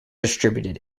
distributed